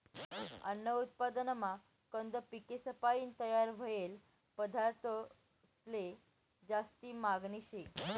अन्न उत्पादनमा कंद पिकेसपायीन तयार व्हयेल पदार्थंसले जास्ती मागनी शे